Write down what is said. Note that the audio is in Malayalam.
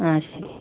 ആ ശരി